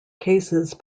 cases